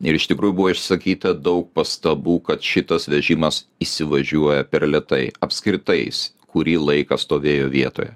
ir iš tikrųjų buvo išsakyta daug pastabų kad šitas vežimas įsivažiuoja per lėtai apskritai jis kurį laiką stovėjo vietoje